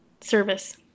service